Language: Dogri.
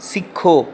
सिक्खो